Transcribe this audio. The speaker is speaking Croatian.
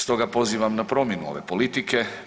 Stoga pozivam na promjenu ove politike.